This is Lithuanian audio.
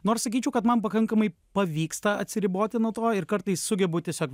nors sakyčiau kad man pakankamai pavyksta atsiriboti nuo to ir kartais sugebu tiesiog